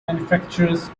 manufacturers